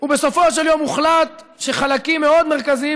ובסופו של יום הוחלט שחלקים מאוד מרכזיים